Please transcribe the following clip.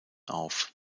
auf